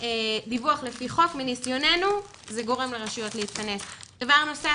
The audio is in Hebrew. מניסיוננו, דיווח לפי חוק,